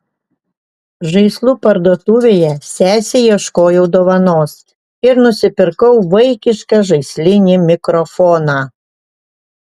žaislų parduotuvėje sesei ieškojau dovanos ir nusipirkau vaikišką žaislinį mikrofoną